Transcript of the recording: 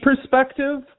perspective